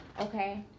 okay